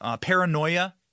paranoia